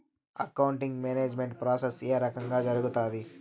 accounting management process ఏ రకంగా జరుగుతాది